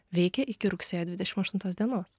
veikia iki rugsėjo dvidešimt aštuntos dienos